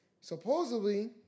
Supposedly